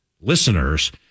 listeners